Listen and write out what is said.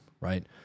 right